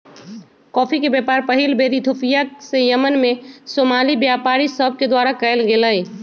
coffee के व्यापार पहिल बेर इथोपिया से यमन में सोमाली व्यापारि सभके द्वारा कयल गेलइ